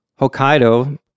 Hokkaido